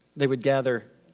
they would gather